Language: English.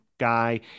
guy